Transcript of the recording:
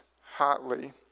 hotly